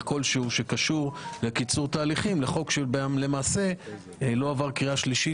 כלשהו שקשור לקיצור תהליכים לחוק שלא עבר קריאה שלישית,